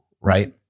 right